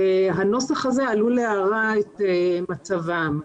שהנוסח הזה עלול להרע את מצבם.